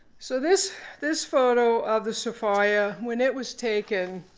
so this this photo of the sophia when it was taken